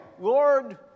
Lord